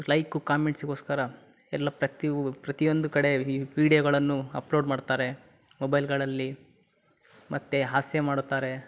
like ಕಾಮೆಂಟ್ಸಿಗೋಸ್ಕರ ಎಲ್ಲ ಪ್ರತಿಯೊಂದು ಕಡೆ ವೀಡಿಯೊಗಳನ್ನು ಅಪ್ಲೋಡ್ ಮಾಡ್ತಾರೆ ಮೊಬೈಲ್ಗಳಲ್ಲಿ ಮತ್ತು ಹಾಸ್ಯ ಮಾಡುತ್ತಾರೆ